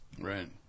Right